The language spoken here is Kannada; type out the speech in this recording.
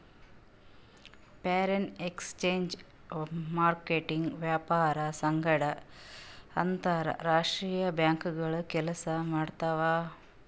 ಫಾರೆನ್ ಎಕ್ಸ್ಚೇಂಜ್ ಮಾರ್ಕೆಟ್ ವ್ಯವಹಾರ್ ಸಂಗಟ್ ಅಂತರ್ ರಾಷ್ತ್ರೀಯ ಬ್ಯಾಂಕ್ಗೋಳು ಕೆಲ್ಸ ಮಾಡ್ತಾವ್